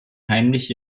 heimlich